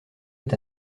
est